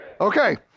Okay